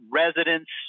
residents